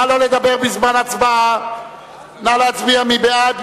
התשס"ט 2009. מי בעד?